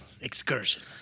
excursion